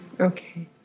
Okay